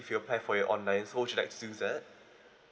if you apply for it online so would you like to do that